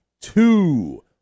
two